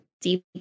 deep